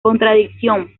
contradicción